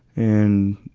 and,